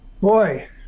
boy